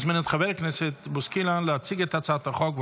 אני מזמין את חבר הכנסת בוסקילה להציג את הצעת החוק.